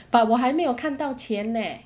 but 我还没有看到钱 leh